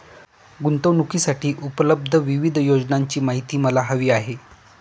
गुंतवणूकीसाठी उपलब्ध विविध योजनांची माहिती मला हवी आहे